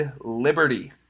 Liberty